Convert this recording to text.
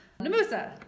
namusa